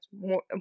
more